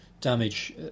damage